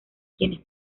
quienes